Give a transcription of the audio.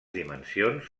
dimensions